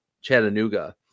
Chattanooga